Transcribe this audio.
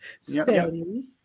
Steady